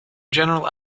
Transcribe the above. general